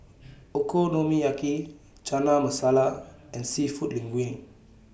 Okonomiyaki Chana Masala and Seafood Linguine